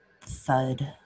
Thud